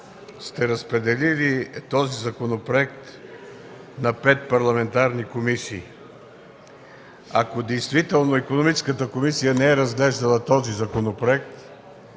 сте разпределили този законопроект на пет парламентарни комисии. Ако действително Икономическата комисия не е разглеждала законопроекта,